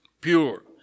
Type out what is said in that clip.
pure